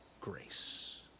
grace